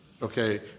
Okay